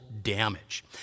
Damage